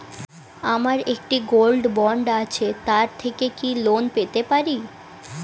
আমার একটি gold bond আছে তার থেকে কি লোন পেতে পারি?